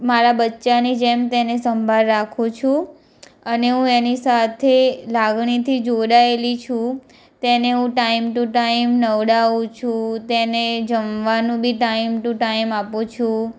મારા બચ્ચાંની જેમ તેની સંભાળ રાખું છું અને હું એની સાથે લાગણીથી જોડાયેલી છું તેને હું ટાઈમ ટુ ટાઈમ નવડાવું છું તેને જમવાનું બી ટાઈમ ટુ ટાઈમ આપું છું